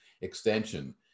extension